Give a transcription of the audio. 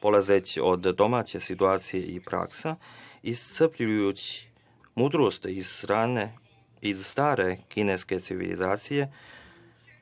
Polazeći od domaće situacije i prakse i mudrosti iz stare kineske civilizacije,